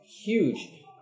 huge